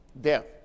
death